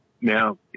Now